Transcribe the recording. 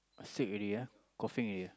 sick already ah coughing already